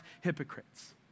hypocrites